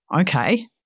okay